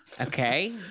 Okay